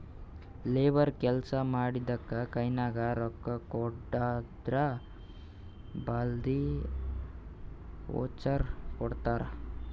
labour ಕೆಲ್ಸಾ ಮಾಡಿದ್ದುಕ್ ಕೈನಾಗ ರೊಕ್ಕಾಕೊಡದ್ರ್ ಬದ್ಲಿ ವೋಚರ್ ಕೊಡ್ತಾರ್